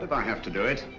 i have to do it.